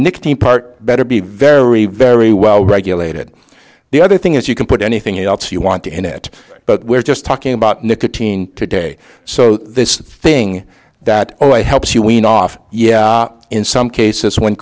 nicotine part better be very very well regulated the other thing is you can put anything else you want in it but we're just talking about nicotine today so this thing that only helps you wean off yeah in some cases when